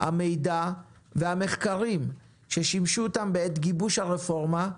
המידע והמחקרים ששימשו אותם בעת גיבוש הרפורמה,